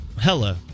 hello